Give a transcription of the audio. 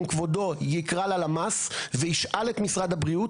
אם כבודו יקרא ללמ"ס וישאל את משרד הבריאות,